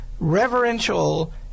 reverential